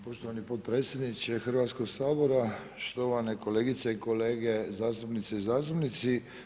Poštovani potpredsjedniče Hrvatskog sabora, štovane kolegice i kolege zastupnice i zastupnici.